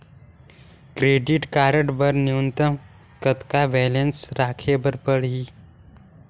Credit card बर न्यूनतम कतका बैलेंस राखे बर पड़ही?